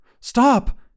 Stop